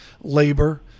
labor